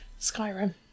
Skyrim